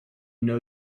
know